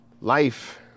life